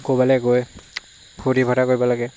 ক'বালৈ গৈ ফূৰ্তি ফাৰ্তা কৰিব লাগে